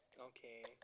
Okay